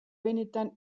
benetan